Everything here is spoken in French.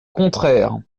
contraire